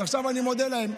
אז עכשיו אני מודה להם.